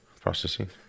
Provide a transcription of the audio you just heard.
Processing